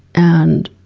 and